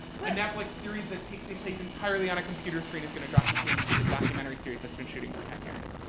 but netflix series that takes place entirely on a computer screen is going to drop the same week as a documentary series that's been shooting for ten years.